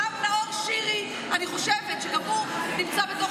אני חושבת שגם נאור שירי נמצא בתוך